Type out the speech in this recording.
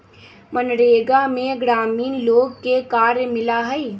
मनरेगा में ग्रामीण लोग के कार्य मिला हई